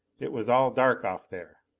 it was all dark off there.